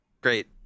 Great